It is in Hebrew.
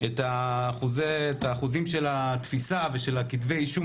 את האחוזים של התפיסה וכתבי האישום.